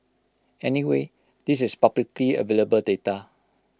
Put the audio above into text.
anyway this is publicly available data